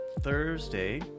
thursday